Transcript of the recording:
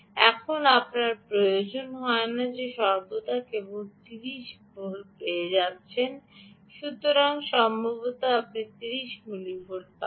এখন আপনার প্রয়োজন হয় না যে আপনি সর্বদা কেবল 30 পেয়ে যাচ্ছেন সুতরাং সম্ভবত আপনি 30 মিলিভোল্ট পাবেন